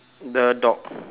the dog